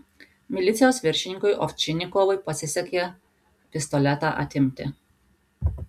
milicijos viršininkui ovčinikovui pasisekė pistoletą atimti